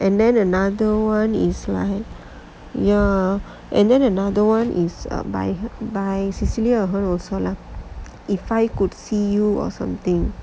and then another one is like ya and then another one is um up by by cecelia ahern also lah if I could see you or something